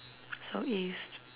so east